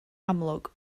amlwg